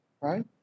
right